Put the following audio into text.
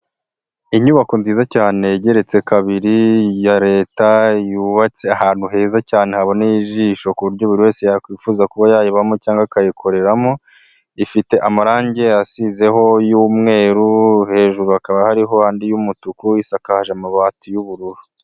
Inyubako nziza cyane igeretse kabiri, ya Leta yubatse ahantu heza cyane haboneye ijisho ku buryo buri wese yakwifuza kuba yayibamo cyangwa akayikoreramo, ifite amarangi asizeho y'umweruru, hejuru hakaba hariho andi y'umutuku, isakaje amabati y'ubururu.